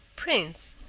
prince,